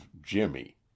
Jimmy